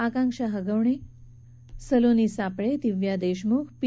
Akanksha Hagawane Saloni Sapale Divya Deshmukh P